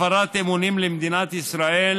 הפרת אמונים למדינת ישראל,